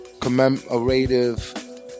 commemorative